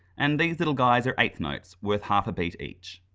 and these little guys are eighth notes, worth half a beat each.